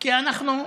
כי אנחנו,